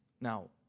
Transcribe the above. Now